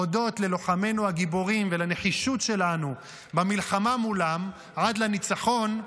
הודות ללוחמינו הגיבורים ולנחישות שלנו במלחמה מולם עד לניצחון,